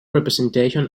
representation